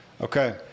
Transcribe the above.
okay